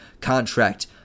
contract